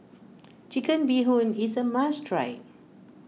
Chicken Bee Hoon is a must try